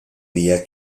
día